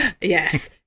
yes